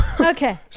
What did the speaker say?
Okay